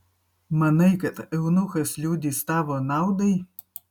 manai kad eunuchas liudys tavo naudai